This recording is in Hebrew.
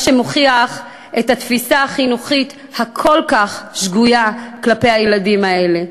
מה שמוכיח את התפיסה החינוכית הכל-כך שגויה כלפי תלמידים אלו.